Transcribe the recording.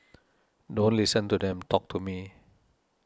don't listen to them talk to me